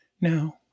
Now